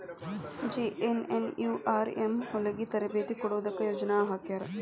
JNNURM ಹೊಲಗಿ ತರಬೇತಿ ಕೊಡೊದಕ್ಕ ಯೊಜನೆ ಹಾಕ್ಯಾರ